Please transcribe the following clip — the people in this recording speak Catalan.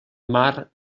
mar